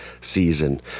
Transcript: season